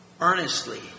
Earnestly